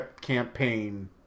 campaign